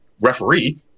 referee